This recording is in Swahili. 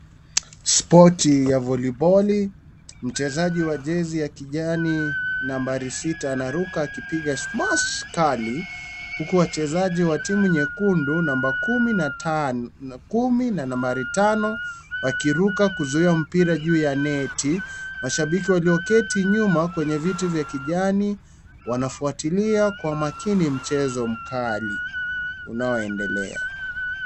Spoti ya voliboli, mchezaji wa jesi ya kijani nambari sita anaruka akipiga smash kali huku wachezaji wa timu nyekundu nambari kumi na nambari tano wakiruka mpira juu ya neti. Mashabiki walioketi nyuma kwenye viti vya kijani wanafuatilia kwa makini mchezo mkali unaoendelea.